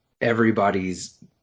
everybody's